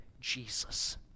Jesus